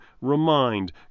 remind